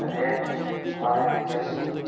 rate অনেক বেশি